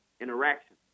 interaction